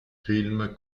film